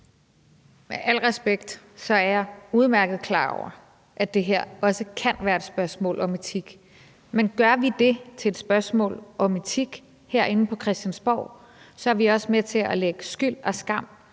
Med al respekt er jeg udmærket klar over, at det her også kan være et spørgsmål om etik. Men gør vi det herinde på Christiansborg til et spørgsmål om etik, så er vi også med til at lægge skyld og skam